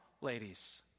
ladies